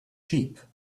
sheep